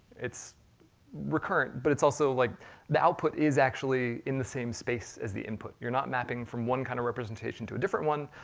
it's recurrent, but it's also like the output is actually in the same space as the input. you're not mapping from one kind of representation to a different one,